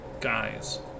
guys